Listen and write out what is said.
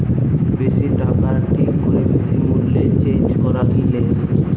বেশি টাকায় ঠিক করে বেশি মূল্যে চেঞ্জ করা গিলে